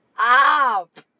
up